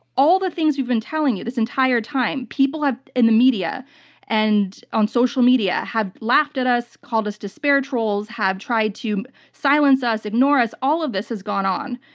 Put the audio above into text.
all the things we've been telling you this entire time, people in the media and on social media have laughed at us, called us despair trolls, have tried to silence us, ignore us. all of this has gone on.